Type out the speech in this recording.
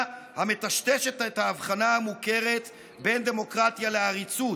המטשטשת את ההבחנה המוכרת בין דמוקרטיה לעריצות.